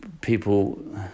people